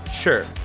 Sure